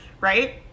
right